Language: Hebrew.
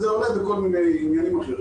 זה עולה בכל מיני עניינים אחרים.